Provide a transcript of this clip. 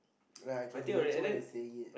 ya okay I can imagine one is saying it